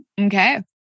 okay